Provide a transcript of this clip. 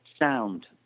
sound